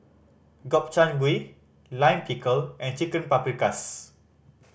Gobchang Gui Lime Pickle and Chicken Paprikas